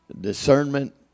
discernment